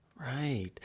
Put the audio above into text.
Right